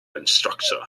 instructor